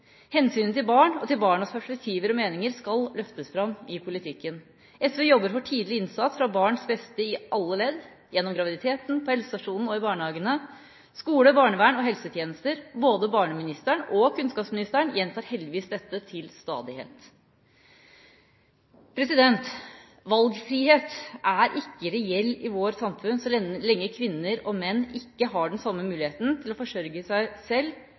Hensynet til barn og til barnas perspektiver og meninger skal løftes fram i politikken. SV jobber for tidlig innsats for barns beste i alle ledd; gjennom graviditeten, på helsestasjonen, i barnehagen og skolen, i barnevernet og i helsetjenestene. Både barneministeren og kunnskapsministeren gjentar heldigvis dette til stadighet. Valgfriheten er ikke reell i vårt samfunn så lenge kvinner og menn ikke har den samme muligheten til å forsørge seg selv